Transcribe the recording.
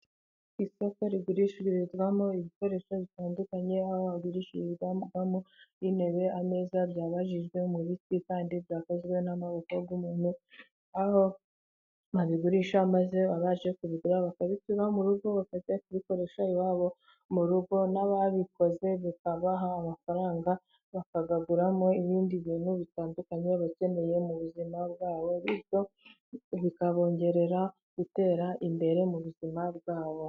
Ku isoko rigurishizwamo ibikoresho bitandukanye : aho hagurishijwemo intebe, ameza byabajijwe mu biti kandi byakozwe n'amaboko y'umuntu. Aho babigurisha maze abahe kubigura bakabicyura mu rugo bakajya kubikoresha iwabo mu rugo. N'ababikoze bikabaha amafaranga bakayaguramo ibindi bintu bitandukanye bakeneye mu buzima bwabo. Bityo bikabongerera gutera imbere mu buzima bwabo.